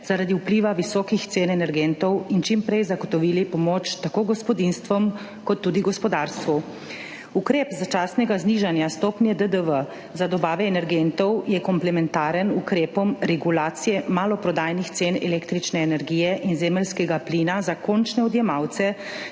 zaradi vpliva visokih cen energentov in čim prej zagotovili pomoč tako gospodinjstvom kot tudi gospodarstvu. Ukrep začasnega znižanja stopnje DDV za dobave energentov je komplementaren ukrepom regulacije maloprodajnih cen električne energije in zemeljskega plina za končne odjemalce,